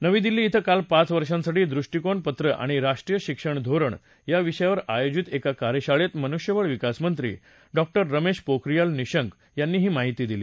नवी दिल्ली बें काल पाच वर्षांसाठी दृष्टीकोन पत्र आणि राष्ट्रीय शिक्षण धोरण या विषयावर आयोजित एका कार्यशाळेत मनुष्यबळ विकास मंत्री डॉक्टर रमेश पोखरियाल निशंक यांनी ही माहिती दिली